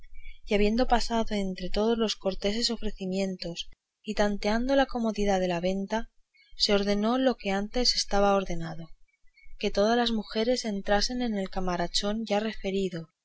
y habiendo pasado entre todos corteses ofrecimientos y tanteado la comodidad de la venta se ordenó lo que antes estaba ordenado que todas las mujeres se entrasen en el camaranchón ya referido